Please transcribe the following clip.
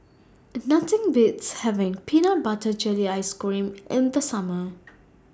Nothing Beats having Peanut Butter Jelly Ice Cream in The Summer